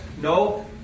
No